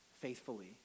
faithfully